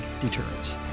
Deterrence